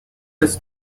his